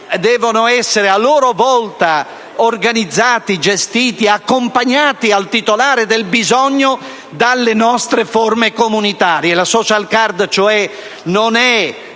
devono essere a loro volta organizzati, gestiti, accompagnati al titolare del bisogno dalle nostre forme comunitarie. La *social card*, cioè, non è